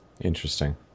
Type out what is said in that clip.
Interesting